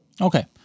Okay